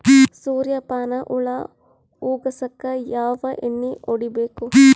ಸುರ್ಯಪಾನ ಹುಳ ಹೊಗಸಕ ಯಾವ ಎಣ್ಣೆ ಹೊಡಿಬೇಕು?